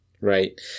right